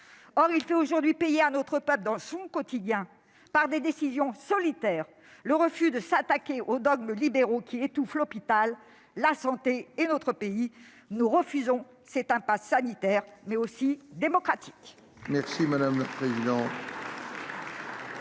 Or il fait aujourd'hui payer à notre peuple au quotidien, par ses décisions solitaires, le refus de s'attaquer aux dogmes libéraux qui étouffent l'hôpital, la santé et notre pays. Nous refusons cette impasse sanitaire, mais aussi démocratique.